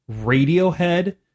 Radiohead